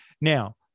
now